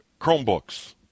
Chromebooks